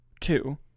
Two